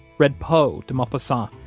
read poe, de maupassant,